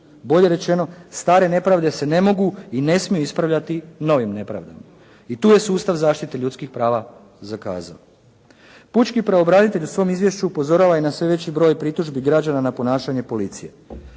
Bolje rečeno, stare nepravde se ne mogu i ne smiju ispravljati novim nepravdama i tu je sustav zaštite ljudskih prava zakazao. Pučki pravobranitelj u svom izvješću upozorava i na sve veći broj pritužbi građana na ponašanje policije.